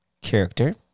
character